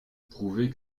prouver